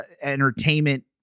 entertainment